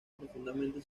profundamente